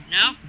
no